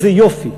איזה יופי,